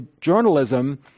journalism